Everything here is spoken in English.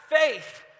faith